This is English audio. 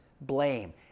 blame